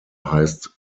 heißt